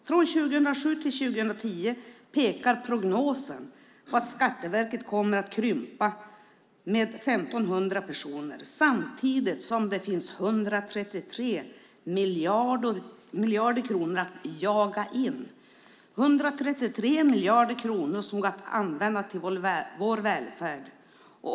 Från 2007 till 2010 pekar prognosen på att Skatteverket kommer att krympa med 1 500 personer samtidigt som det finns 133 miljarder kronor att jaga in. Det finns 133 miljarder kronor som går att använda till vår välfärd.